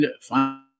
find